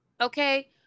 Okay